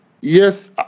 yes